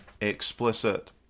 explicit